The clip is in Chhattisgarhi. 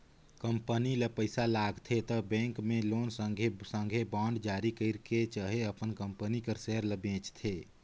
कंपनी ल पइसा लागथे त बेंक लोन कर संघे संघे बांड जारी करथे चहे अपन कंपनी कर सेयर ल बेंचथे